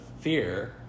fear